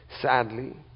sadly